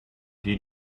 did